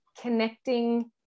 connecting